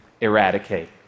eradicate